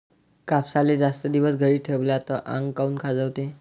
कापसाले जास्त दिवस घरी ठेवला त आंग काऊन खाजवते?